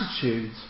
attitude